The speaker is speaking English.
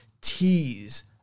Tease